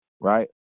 right